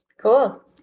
Cool